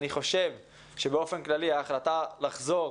אני חושב שבאופן כללי ההחלטה על חזרה